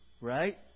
Right